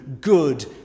good